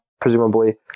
presumably